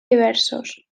diversos